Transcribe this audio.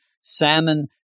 salmon